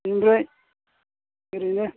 बिनफ्राय ओरैनो